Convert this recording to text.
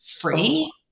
free